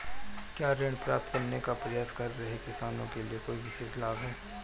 क्या ऋण प्राप्त करने का प्रयास कर रहे किसानों के लिए कोई विशेष लाभ हैं?